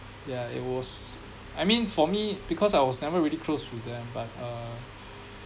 yeah it was I mean for me because I was never really close to them but uh